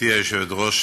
גברתי היושבת-ראש,